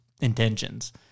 intentions